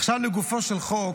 עכשיו לגופו של חוק,